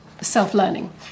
self-learning